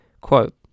Quote